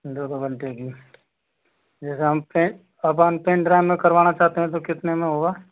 दो दो घंटे की जैसे हम पेन अपन पेन ड्राइव में करवाना चाहते हैं तो कितने में होगा